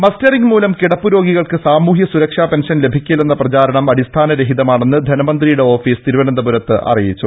മസ്റ്ററിങ്മൂലം കിടപ്പു രോഗികൾക്ക് സാമൂഹ്യ സുരക്ഷാ പെൻഷൻ ലഭിക്കില്ലെന്ന പ്രചരണം അടിസ്ഥാന രഹിതമാണെന്ന് ധനമന്ത്രിയുടെ ഓഫീസ് തിരുവനന്തപു രത്ത് അറിയിച്ചു